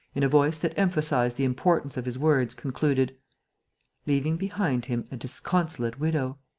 in a voice that emphasized the importance of his words, concluded leaving behind him a disconsolate widow.